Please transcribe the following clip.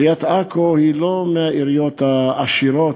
עיריית עכו היא לא מהעיריות העשירות,